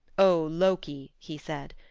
o loki, he said,